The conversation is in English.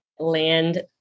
land